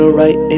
right